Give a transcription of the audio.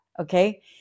okay